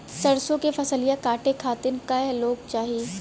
सरसो के फसलिया कांटे खातिन क लोग चाहिए?